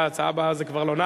ההצעה הבאה, זה כבר לא.